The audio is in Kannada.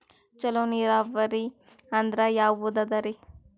ಚಲೋ ನೀರಾವರಿ ಅಂದ್ರ ಯಾವದದರಿ?